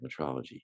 metrology